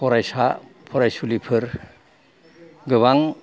फरायसा फरायसुलिफोर गोबां